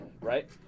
Right